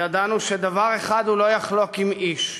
ידענו שדבר אחד הוא לא יחלוק עם איש: